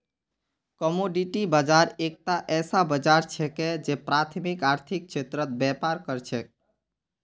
commodity बाजार एकता ऐसा बाजार छिके जे प्राथमिक आर्थिक क्षेत्रत व्यापार कर छेक